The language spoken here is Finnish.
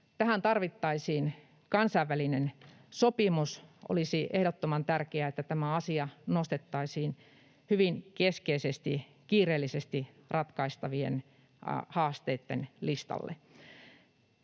Tähän tarvittaisiin kansainvälinen sopimus. Olisi ehdottoman tärkeää, että tämä asia nostettaisiin hyvin keskeisesti kiireellisesti ratkaistavien haasteitten listalle.